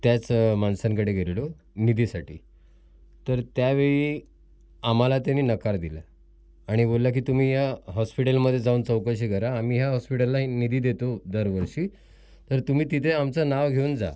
त्याच माणसांकडे गेलेलो निधीसाठी तर त्यावेळी आम्हाला त्यांनी नकार दिला आणि बोलला की तुम्ही ह्या हॉस्पिटलमध्ये जाऊन चौकशी करा आम्ही ह्या हॉस्पिटलला निधी देतो दरवर्षी तर तुम्ही तिथे आमचं नाव घेऊन जा